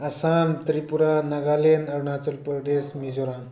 Assam Tripura Nagaland Arunachal Pradesh Mizoram